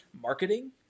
marketing